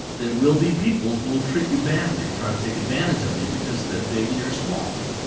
there will be people who will treat you badly or try to take advantage of you because they're big and you're small.